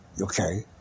okay